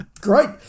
great